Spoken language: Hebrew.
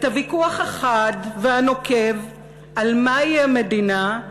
את הוויכוח החד והנוקב על מהי המדינה,